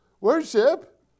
Worship